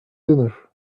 dinner